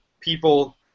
people